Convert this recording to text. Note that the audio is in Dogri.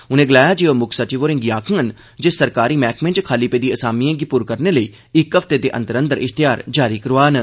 उनें गलाया जे ओह मुक्ख सचिव होरें'गी आखड़न जे सरकारी मैहकमें च खाली पेदी असामिए गी पुर करने लेई इक हफ्ते दे अंदर अंदर इश्तेहार जारी करोआन